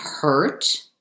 hurt